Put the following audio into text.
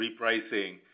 repricing